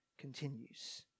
continues